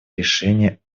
решение